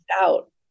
out